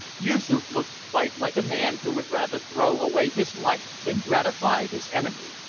yoosoof looked quite like a man who would rather throw away his life than gratify his enemy,